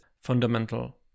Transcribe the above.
fundamental